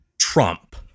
Trump